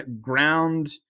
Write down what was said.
ground